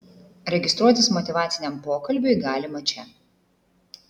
registruotis motyvaciniam pokalbiui galima čia